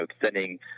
sending